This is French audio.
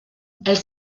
elle